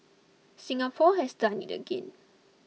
Singapore has done it again